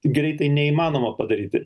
greitai neįmanoma padaryti